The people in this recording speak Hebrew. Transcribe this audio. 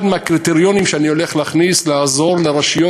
אחד מהקריטריונים שאני הולך להכניס הוא לעזור לרשויות